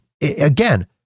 again